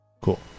Cool